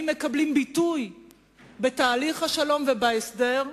מקבלים ביטוי בתהליך השלום ובהסדר,